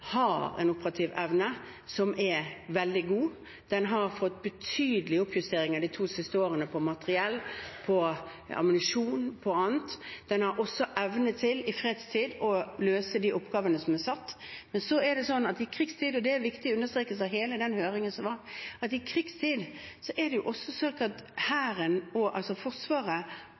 en operativ evne som er veldig god. De har fått betydelige oppjusteringer de to siste årene på materiell, på ammunisjon og på annet. De har også evne til i fredstid å løse de oppgavene som de er satt til. Men så er det sånn at i krigstid – og det er viktig, og understrekes i hele den høringen som var – må Forsvaret og politiet disponere ressurser ut fra hva som er viktigst, og